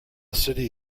city